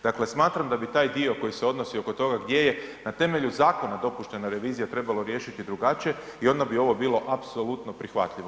Dakle, smatram da bi taj dio koji se odnosi oko toga gdje je na temelju zakona dopuštena revizija trebalo riješiti drugačije i onda bi ovo bilo apsolutno prihvatljivo.